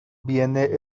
viene